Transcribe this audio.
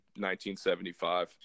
1975